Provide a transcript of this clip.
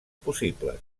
possible